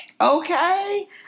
okay